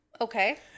Okay